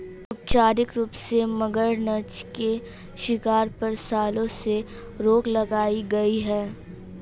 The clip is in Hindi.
औपचारिक रूप से, मगरनछ के शिकार पर, सालों से रोक लगाई गई है